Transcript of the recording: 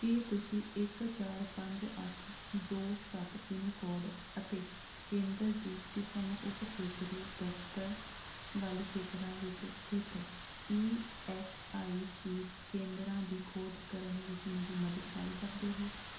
ਕੀ ਤੁਸੀਂ ਇੱਕ ਚਾਰ ਪੰਜ ਅੱਠ ਦੋ ਸੱਤ ਪਿੰਨ ਕੋਡ ਅਤੇ ਕੇਂਦਰ ਦੀ ਕਿਸਮ ਉਪ ਖੇਤਰੀ ਦਫ਼ਤਰ ਵਾਲੇ ਖੇਤਰਾਂ ਵਿੱਚ ਸਥਿਤ ਈ ਐੱਸ ਆਈ ਸੀ ਕੇਂਦਰਾਂ ਦੀ ਖੋਜ ਕਰਨ ਵਿੱਚ ਮੇਰੀ ਮਦਦ ਕਰ ਸਕਦੇ ਹੋ